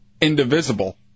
indivisible